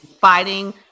fighting